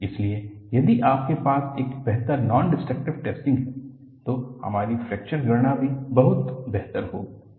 इसलिए यदि आपके पास एक बेहतर नॉन डिस्ट्रक्टिव टैस्टिंग है तो हमारी फ्रैक्चर गणना भी बहुत बेहतर होगी